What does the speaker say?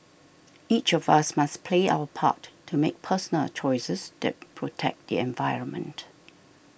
each of us must play our part to make personal choices that protect the environment